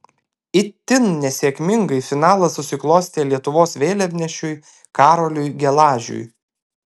itin nesėkmingai finalas susiklostė lietuvos vėliavnešiui karoliui gelažiui